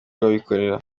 rw’abikorera